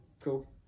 cool